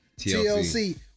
TLC